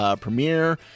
premiere